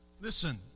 Listen